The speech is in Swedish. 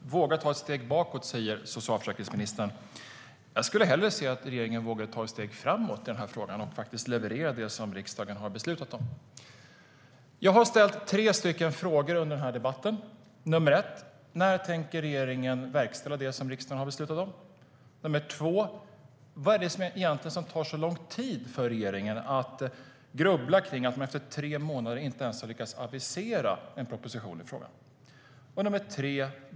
Fru talman! Våga ta ett steg tillbaka, säger socialförsäkringsministern. Jag skulle hellre se att regeringen vågade ta ett steg framåt i den här frågan och leverera det som riksdagen har beslutat. Jag har under debatten ställt tre frågor: När tänker regeringen verkställa det som riksdagen beslutat? Vad är det som tar så lång tid för regeringen att grubbla över att man efter tre månader inte ens lyckats avisera en proposition i frågan?